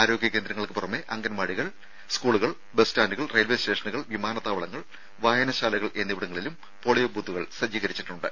ആരോഗ്യ കേന്ദ്രങ്ങൾക്ക് പുറമെ അംഗനവാടികൾസ്കൂളുകൾബസ്സ്റ്റാന്റുകൾറെയിൽവേ സ്റ്റേഷനുകൾവിമാനത്താവളങ്ങൾവായനശാലകൾ എന്നിവിടങ്ങ ളിലും പോളിയോ ബൂത്തുകൾ സജ്ജീകരിച്ചിട്ടുണ്ട്